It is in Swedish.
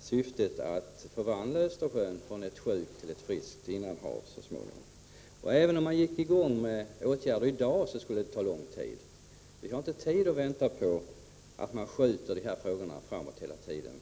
syftet att så småningom förvandla Östersjön från ett sjukt till ett friskt innanhav. Även om åtgärder vidtogs i dag skulle det ta lång tid. Vi kan inte skjuta de här frågorna framåt hela tiden.